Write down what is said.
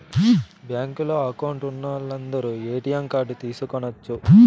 బ్యాంకులో అకౌంట్ ఉన్నోలందరు ATM card తీసుకొనచ్చు